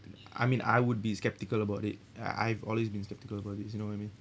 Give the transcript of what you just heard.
I mean I would be sceptical about it ya I've always been sceptical about this you know what I mean